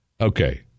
Okay